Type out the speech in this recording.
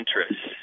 interests